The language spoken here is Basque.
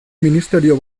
ministerio